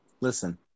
Listen